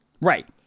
Right